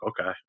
okay